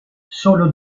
solo